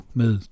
med